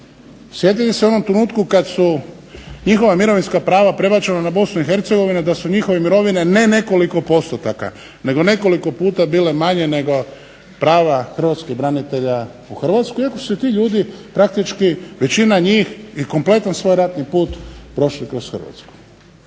sjetite se u onom trenutku kad su njihova mirovinska prava prebačena na Bosnu i Hercegovinu, da su njihove mirovine ne nekoliko postotaka nego nekoliko puta bile manje nego prava hrvatskih branitelja u Hrvatskoj iako su ti ljudi praktički većina njih je kompletan svoj ratni put prošli kroz Hrvatsku.